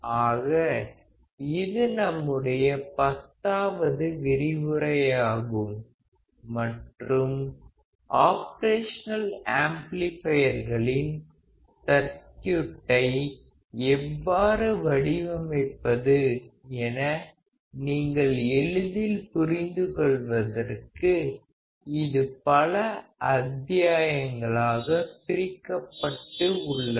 ஆக இது நம்முடைய பத்தாவது விரிவுரையாகும் மற்றும் ஆப்ரேஷனல் ஆம்ப்ளிபையர்களின் சர்க்யூட்டை எவ்வாறு வடிவமைப்பது என நீங்கள் எளிதில் புரிந்து கொள்வதற்கு இது பல அத்தியாயங்களாகப் பிரிக்கப்பட்டு உள்ளன